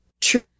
true